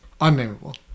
Unnameable